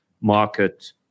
market